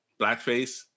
blackface